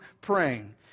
praying